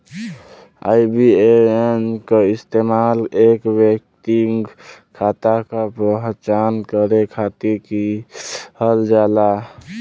IBAN क इस्तेमाल एक व्यक्तिगत खाता क पहचान करे खातिर किहल जाला